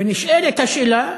ונשאלת השאלה,